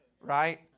right